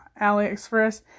AliExpress